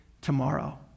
tomorrow